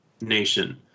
nation